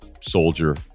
soldier